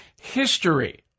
history